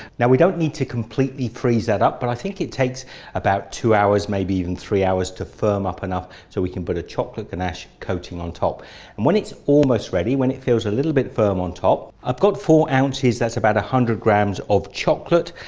now we don't need to completely freeze that up but i think it takes about two hours maybe even three hours to firm up enough so we can put a chocolate ganache coating on top and when it's almost ready when it feels a little bit firm on top, i've got four ounces that's about a hundred grams of chocolate,